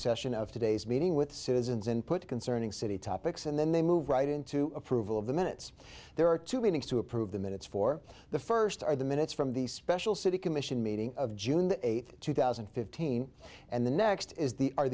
session of today's meeting with citizens input concerning city topics and then they move right into approval of the minutes there are two meetings to approve the minutes for the first are the minutes from the special city commission meeting of june eighth two thousand and fifteen and the next is the